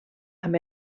amb